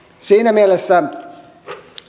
siinä mielessä